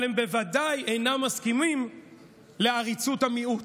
אבל הם בוודאי אינם מסכימים לעריצות המיעוט.